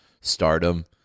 stardom